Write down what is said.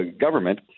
government